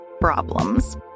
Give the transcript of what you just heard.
problems